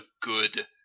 good